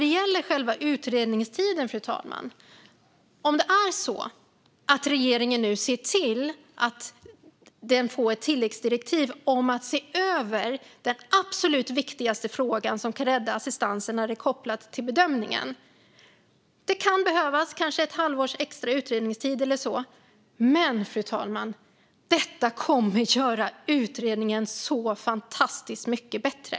Vad gäller själva utredningstiden: Om regeringen ser till att utredningen får ett tilläggsdirektiv om att se över den absolut viktigaste frågan som kan rädda assistansen kopplat till bedömningen kan det behövas ett halvårs extra utredningstid eller så. Men det kommer att göra utredningen fantastiskt mycket bättre.